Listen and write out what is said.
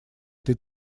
этой